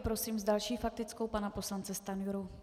Prosím s další faktickou pana poslance Stanjuru.